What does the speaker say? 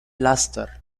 plaster